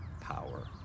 power